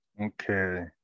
Okay